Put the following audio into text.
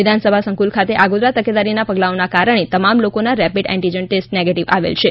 વિધાનસભા સંકુલ ખાતે આગોતરા તકેદારીના પગલાંઓના કારણે તમામ લોકોના રેપિડ એન્ટિજન ટેસ્ટ નેગેટીવ આવેલ છે